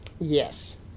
Yes